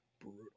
brutal